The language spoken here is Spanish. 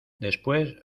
después